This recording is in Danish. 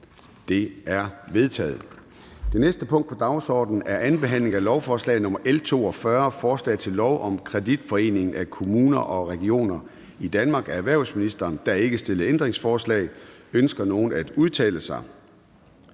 Det er vedtaget. --- Det næste punkt på dagsordenen er: 5) 2. behandling af lovforslag nr. L 42: Forslag til lov om Kreditforeningen af kommuner og regioner i Danmark. Af erhvervsministeren (Morten Bødskov). (Fremsættelse